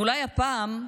ואולי הפעם,